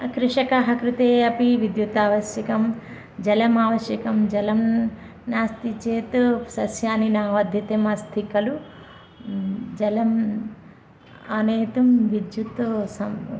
कृषकस्य कृते अपि विद्युत् आवश्यकं जलम् आवश्यकं जलं नास्ति चेत् सस्यानि न वर्धितुम् अस्ति खलु जलम् आनेतुं विद्युत् सं